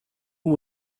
who